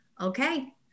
okay